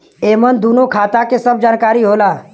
एमन दूनो खाता के सब जानकारी होला